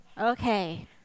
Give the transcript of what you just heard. Okay